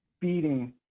feeding